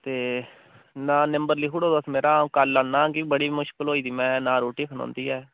ते नांऽ नंबर लिखी ओड़ो तुस मेरा आऊं कल आन्ना कि बड़ी मुश्कल होई दी मैं ना रोटी खलोंदी ऐ